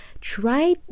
try